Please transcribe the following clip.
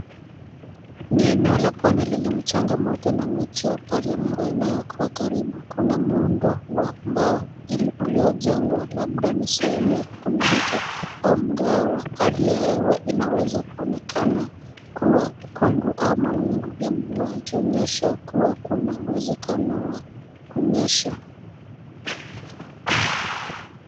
Ni eneo la pwani lenye mchanga mweupe na miti ya paliamro inayokuwa karibu. Kuna muundo wa mbao uliojengwa, labda ni sehemu ya kupumzika au mgahawa. Hali ya hewa inaweza kuonekana kuwa kungu au mawingu ya mvua, ikionyesha kuwa kuna uwezekano wa kunyesha.